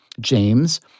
James